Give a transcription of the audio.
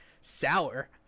sour